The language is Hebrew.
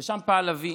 ושם פעל אבי